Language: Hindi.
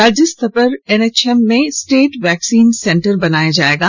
राज्य स्तर पर एनएचएम में स्टेट वैक्सीन सेंटर बनाया जायेगा